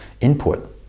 input